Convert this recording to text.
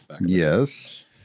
Yes